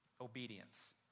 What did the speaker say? obedience